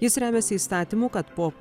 jis remiasi įstatymu kad po